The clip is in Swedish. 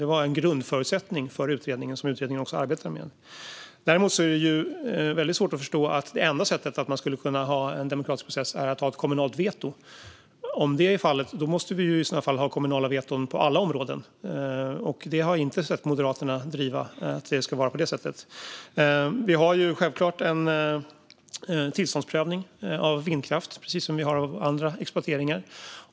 Det var en grundförutsättning för utredningen, som den också arbetar med. Däremot är det väldigt svårt att förstå att det enda sättet att ha en demokratisk process skulle vara ett kommunalt veto. Om så är fallet måste vi ju ha kommunala veton på alla områden. Jag har inte sett Moderaterna driva att det ska vara på det sättet. Vi har självklart en tillståndsprövning för vindkraft, precis som för andra exploateringar.